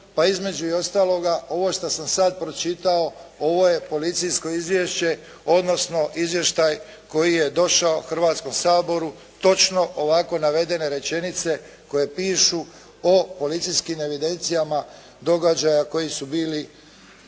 pa između ostaloga ovo što sam sad pročitao ovo je policijsko izvješće odnosno izvještaj koji je došao Hrvatskom saboru točno ovako navedene rečenice koje pišu o policijskim evidencijama događaja koji su bili